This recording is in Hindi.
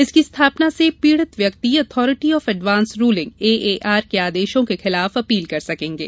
इसकी स्थापना से पीड़ित व्यक्ति authority of advance ruling AAR के आदेशों के खिलाफ अपील कर सकेगें